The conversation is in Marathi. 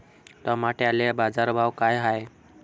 टमाट्याले बाजारभाव काय हाय?